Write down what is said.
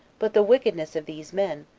but the wickedness of these men,